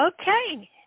Okay